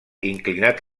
inclinat